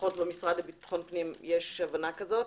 לפחות במשרד לביטחון פנים יש הבנה כזאת.